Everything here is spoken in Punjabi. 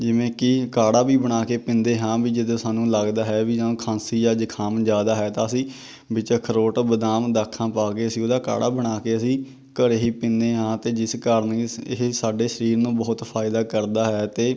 ਜਿਵੇਂ ਕਿ ਕਾੜਾ ਵੀ ਬਣਾ ਕੇ ਪੀਂਦੇ ਹਾਂ ਵੀ ਜਦੋਂ ਸਾਨੂੰ ਲੱਗਦਾ ਹੈ ਵੀ ਜਾਂ ਖਾਂਸੀ ਜਾਂ ਜ਼ੁਕਾਮ ਜ਼ਿਆਦਾ ਹੈ ਤਾਂ ਅਸੀਂ ਵਿੱਚ ਅਖਰੋਟ ਬਦਾਮ ਦਾਖਾਂ ਪਾ ਕੇ ਅਸੀਂ ਉਹਦਾ ਕਾੜਾ ਬਣਾ ਕੇ ਅਸੀਂ ਘਰ ਹੀ ਪੀਂਦੇ ਹਾਂ ਅਤੇ ਜਿਸ ਕਾਰਨ ਇਹ ਸਾਡੇ ਸਰੀਰ ਨੂੰ ਬਹੁਤ ਫਾਇਦਾ ਕਰਦਾ ਹੈ ਅਤੇ